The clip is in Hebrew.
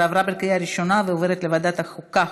עברה בקריאה ראשונה ועוברת לוועדת החוקה,